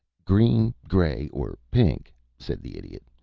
green, gray, or pink, said the idiot,